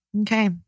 Okay